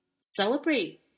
celebrate